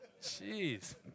Jeez